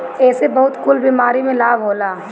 एसे बहुते कुल बीमारी में लाभ होला